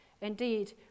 Indeed